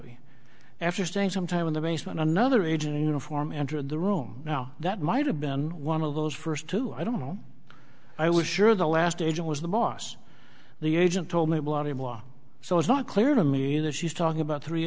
me after staying some time in the basement another agent in uniform entered the room now that might have been one of those first two i don't know i was sure the last agent was the boss the agent told me blah de blah so it's not clear to me that she's talking about three